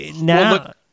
now